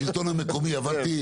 אני מנחם פרל, ממכון צומת.